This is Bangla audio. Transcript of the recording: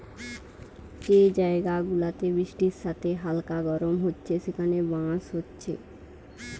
যে জায়গা গুলাতে বৃষ্টির সাথে হালকা গরম হচ্ছে সেখানে বাঁশ হচ্ছে